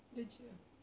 legit ah